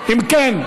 אם כן,